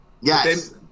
Yes